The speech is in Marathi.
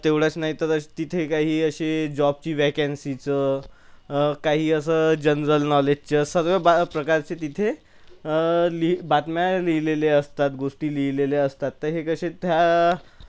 तेवढंच नाहीतर तिथे काही असे जॉबची व्हॅकॅन्सीचं काही असं जनरल नॉलेजचं सर्व बा प्रकारचे तिथे लिहि बातम्या लिहिलेले असतात गोष्टी लिहिलेल्या असतात तर हे कसे त्या